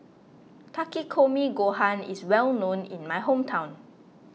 Takikomi Gohan is well known in my hometown